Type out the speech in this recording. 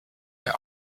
der